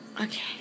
Okay